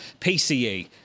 PCE